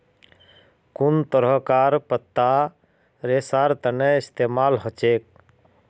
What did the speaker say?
कुन तरहकार पत्ता रेशार तने इस्तेमाल हछेक